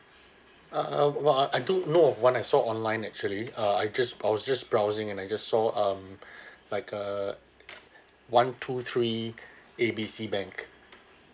uh uh well I don't know when I saw online actually uh I just I was just browsing and I just saw um like uh one two three A B C bank